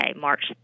March